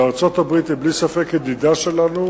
וארצות-הברית היא בלי ספק ידידה שלנו,